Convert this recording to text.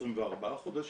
24 חודשים.